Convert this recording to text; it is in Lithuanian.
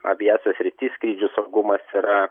aviacijos srity skrydžių saugumas yra